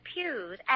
Pews